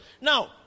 now